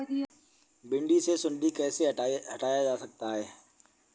भिंडी से सुंडी कैसे हटाया जा सकता है?